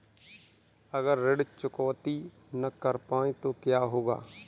अगर ऋण चुकौती न कर पाए तो क्या होगा?